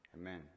Amen